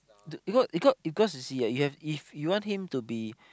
do because you see ah you have if you want him to be